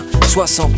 60